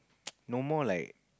no more like